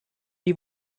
die